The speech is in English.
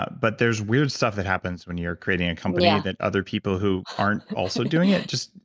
ah but there's weird stuff that happens when you're creating a company that other people who aren't also doing it just.